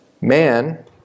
Man